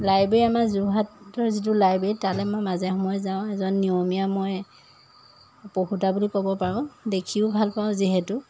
library আমাৰ যোৰহাটৰ যিটো লাইব্ৰেৰী তালৈ মই মাজে সময়ে যাওঁ এজন নিয়মীয়া মই পঢ়োতা বুলি ক'ব পাৰোঁ দেখিও ভাল পাওঁ যিহেতু